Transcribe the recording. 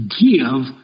give